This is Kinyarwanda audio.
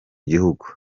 gihugu